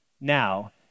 now